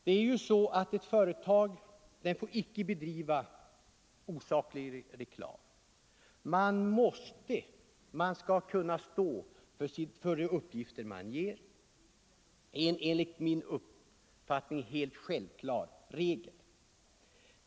Det är ju så att ett företag inte får bedriva osaklig reklam. Man skall kunna stå för de uppgifter man lämnar — en enligt min mening helt självklar regel.